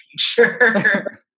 future